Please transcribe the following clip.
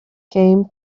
came